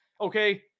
okay